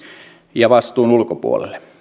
ja vastuun ulkopuolelle